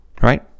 right